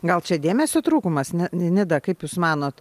gal čia dėmesio trūkumas ne nid akaip jūs manot